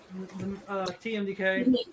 TMDK